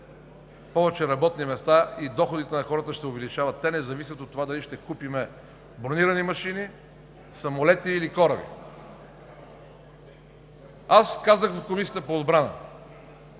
повече работни места, доходите на хората ще се увеличават. Те не зависят от това дали ще купим бронирани машини, самолети или кораби. Аз казах и в Комисията по отбрана: